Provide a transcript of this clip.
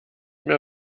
mehr